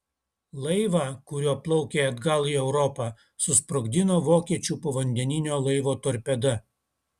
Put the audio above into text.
laivą kuriuo plaukė atgal į europą susprogdino vokiečių povandeninio laivo torpeda